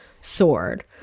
sword